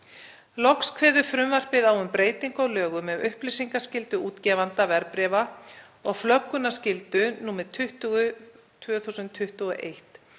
Loks kveður frumvarpið á um breytingu á lögum um upplýsingaskyldu útgefenda verðbréfa og flöggunarskyldu, nr. 20/2021,